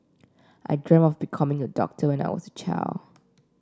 I dreamt of becoming a doctor when I was a child